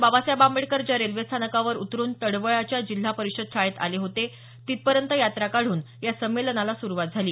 बाबासाहेब आंबेडकर ज्या रेल्वे स्थानकावर उतरुन तडवळ्याच्या जिल्हा परिषद शाळेत आले होते तिथपर्यंत यात्रा काढून या संमेलनाला सुरुवात झाली